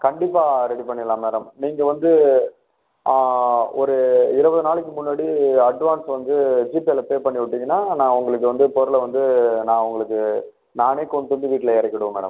கண்டிப்பாக ரெடி பண்ணிவிடலாம் மேடம் நீங்கள் வந்து அ ஒரு இருபது நாளைக்கு முன்னாடி அட்வான்ஸ் வந்து ஜிபேவில் பே பண்ணி விட்டிங்கன்னா நான் உங்களுக்கு வந்து பொருளை வந்து நான் உங்களுக்கு நானே கொண்டு வந்து வீட்டில் இறக்கிடுவன் மேடம்